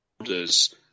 orders